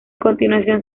continuación